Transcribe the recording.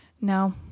no